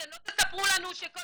אתם לא תספרו לנו שכל